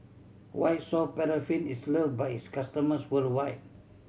White Soft Paraffin is love by its customers worldwide